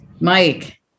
Mike